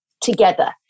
together